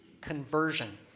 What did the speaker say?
conversion